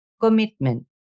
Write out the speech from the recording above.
commitment